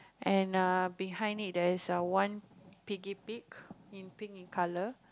and err behind it there is err one piggy pig in pink in color